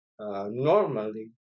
normally